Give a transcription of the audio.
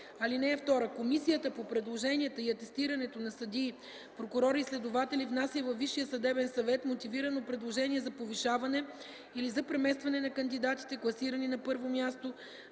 (2) Комисията по предложенията и атестирането на съдии, прокурори и следователи внася във Висшия съдебен съвет мотивирано предложение за повишаване или за преместване на кандидатите, класирани на първо място